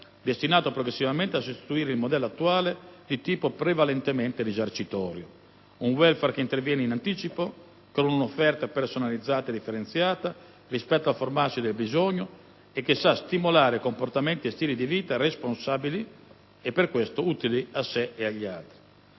destinato progressivamente a sostituire il modello attuale di tipo prevalentemente risarcitorio. Un *welfare* che interviene in anticipo, con un'offerta personalizzata e differenziata rispetto al formarsi del bisogno e che sa stimolare comportamenti e stili di vita responsabili e, per questo, utili a sé e agli altri.